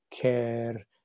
CARE